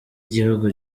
igihugu